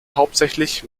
hauptsächlich